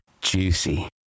juicy